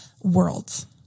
worlds